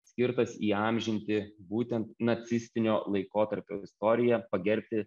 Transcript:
skirtas įamžinti būtent nacistinio laikotarpio istoriją pagerbti